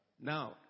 Now